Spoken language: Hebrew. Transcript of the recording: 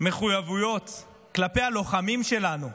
מחויבויות כלפי הלוחמים שלנו,